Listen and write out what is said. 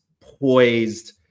poised